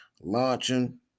launching